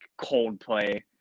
Coldplay